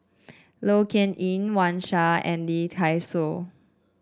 Low Yen Ling Wang Sha and Lee Dai Soh